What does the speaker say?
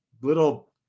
little